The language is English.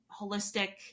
holistic